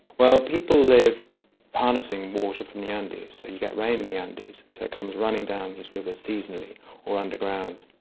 well, people live harnessing water from the andes you get rain in the andes, so it comes running down these rivers seasonally or underground,